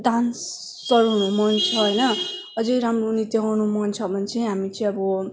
dancer हुनु मन छ होइन अझै राम्रो नृत्य गर्नु मन छ भने चाहिँ हामी चाहिँ अब